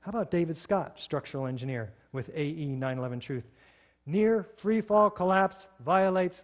how about david scott structural engineer with eighty nine eleven truth near freefall collapse violates